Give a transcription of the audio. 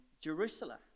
Jerusalem